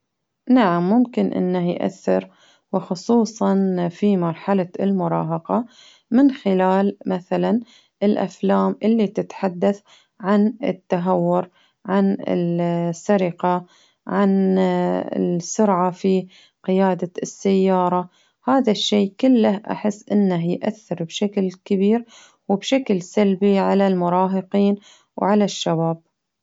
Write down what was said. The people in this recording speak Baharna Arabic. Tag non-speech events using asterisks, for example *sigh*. نعم ممكن إنه يأثر وخصوصا في مرحلة المراهقة، من خلال مثلا الأفلام اللي تتحدث عن التهور، عن السرقة ،عن *hesitation* السرعة، في قيادة السيارة. هذا الشي كله إنه يأثر بشكل كبير وبشكل سلبي على المراهقين، وعلى الشباب.